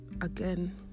again